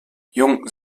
jung